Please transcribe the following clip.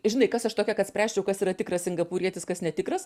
žinai kas aš tokia kad spręsčiau kas yra tikras singapūrietis kas netikras